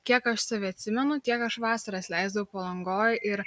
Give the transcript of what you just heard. kiek aš save atsimenu tiek aš vasaras leisdavau palangoj ir